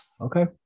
Okay